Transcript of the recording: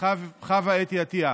חוה אתי עטייה,